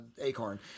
acorn